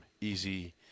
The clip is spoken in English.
easy